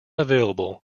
available